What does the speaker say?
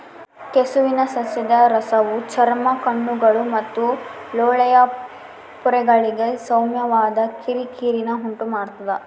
ಕೆಸುವಿನ ಸಸ್ಯದ ರಸವು ಚರ್ಮ ಕಣ್ಣುಗಳು ಮತ್ತು ಲೋಳೆಯ ಪೊರೆಗಳಿಗೆ ಸೌಮ್ಯವಾದ ಕಿರಿಕಿರಿನ ಉಂಟುಮಾಡ್ತದ